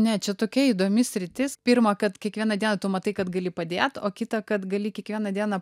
ne čia tokia įdomi sritis pirma kad kiekvieną dieną tu matai kad gali padėt o kita kad gali kiekvieną dieną